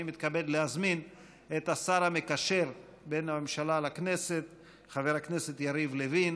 אני מתכבד להזמין את השר המקשר בין הממשלה לכנסת חבר הכנסת יריב לוין